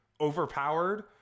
overpowered